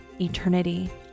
eternity